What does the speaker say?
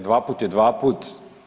Dvaput je dvaput.